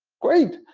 great.